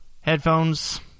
headphones